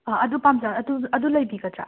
ꯑꯗꯨ ꯄꯥꯝꯖ ꯑꯗꯨ ꯑꯗꯨ ꯂꯩꯕꯤꯒꯗ꯭ꯔꯥ